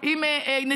עם משרד המשפטים,